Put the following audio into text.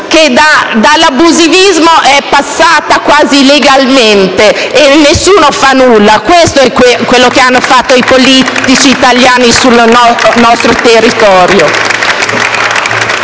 che da abusiva è diventata quasi legale senza che nessuno faccia nulla. Questo è quello che hanno fatto i politici italiani sul nostro territorio.